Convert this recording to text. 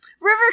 River